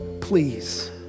Please